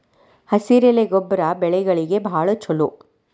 ಹಸಿರೆಲೆ ಗೊಬ್ಬರ ಬೆಳೆಗಳಿಗೆ ಬಾಳ ಚಲೋ